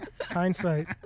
Hindsight